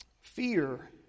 Fear